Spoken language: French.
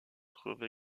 trouve